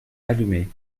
allumé